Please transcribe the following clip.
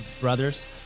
brothers